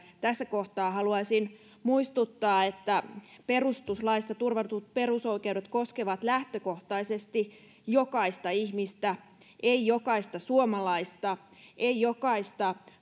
tässä kohtaa haluaisin muistuttaa että perustuslaissa turvatut perusoikeudet koskevat lähtökohtaisesti jokaista ihmistä eivät jokaista suomalaista eivät jokaista